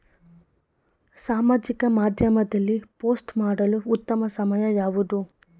ಸಾಮಾಜಿಕ ಮಾಧ್ಯಮದಲ್ಲಿ ಪೋಸ್ಟ್ ಮಾಡಲು ಉತ್ತಮ ಸಮಯ ಯಾವುದು?